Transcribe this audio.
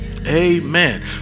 Amen